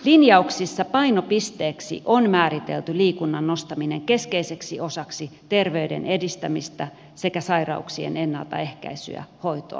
linjauksissa painopisteeksi on määritelty liikunnan nostaminen keskeiseksi osaksi terveyden edistämistä sekä sairauksien ennaltaehkäisyä hoitoa ja kuntoutusta